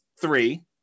three